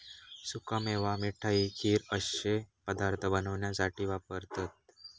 सुका मेवा मिठाई, खीर अश्ये पदार्थ बनवण्यासाठी वापरतत